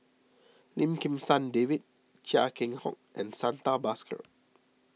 Lim Kim San David Chia Keng Hock and Santha Bhaskar